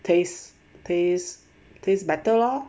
tastes tastes tastes better lor